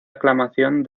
aclamación